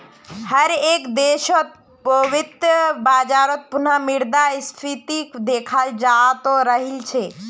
हर एक देशत वित्तीय बाजारत पुनः मुद्रा स्फीतीक देखाल जातअ राहिल छे